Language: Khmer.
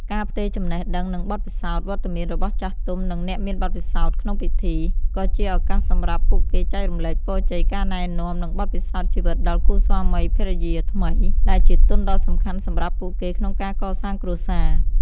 ការផ្ទេរចំណេះដឹង និងបទពិសោធន៍ វត្តមានរបស់ចាស់ទុំ និងអ្នកមានបទពិសោធន៍ក្នុងពិធី ក៏ជាឱកាសសម្រាប់ពួកគេចែករំលែកពរជ័យ ការណែនាំ និងបទពិសោធន៍ជីវិតដល់គូស្វាមីភរិយាថ្មី ដែលជាទុនដ៏សំខាន់សម្រាប់ពួកគេក្នុងការកសាងគ្រួសារ។